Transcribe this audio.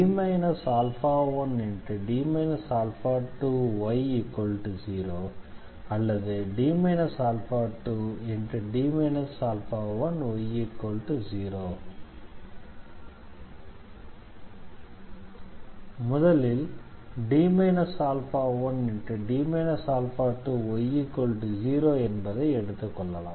⟹D α1D 2y0 ⟹D 2D α1y0 முதலில் D α1D 2y0 என்பதை எடுத்துக் கொள்ளலாம்